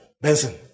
Benson